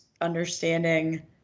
understanding